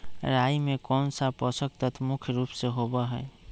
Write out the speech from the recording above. राई में कौन सा पौषक तत्व मुख्य रुप से होबा हई?